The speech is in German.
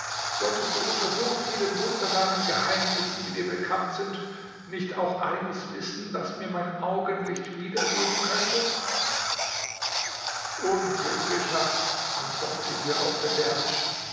solltest du unter so vielen wunderbaren geheimnissen die dir bekannt sind nicht auch eines wissen das mir mein augenlicht wiedergeben könnte unglücklicher antwortete hierauf der